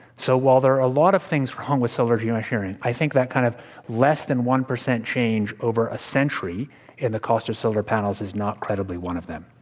so, while there are a lot of things wrong with solar geoengineering, i think that kind of less-than-one-percent change over a century in the cost of solar panels is not credibly one of them.